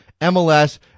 MLS